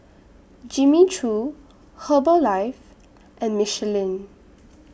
Jimmy Choo Herbalife and Michelin